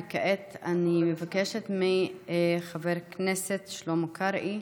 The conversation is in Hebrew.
כעת אני מבקשת מחבר הכנסת שלמה קרעי,